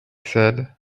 said